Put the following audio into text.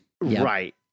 Right